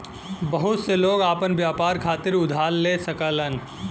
बहुत से लोग आपन व्यापार खातिर उधार ले सकलन